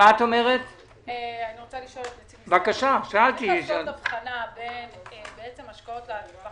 צריך לעשות הבחנה בין השקעות לטווח